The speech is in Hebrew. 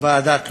ועדת לוקר,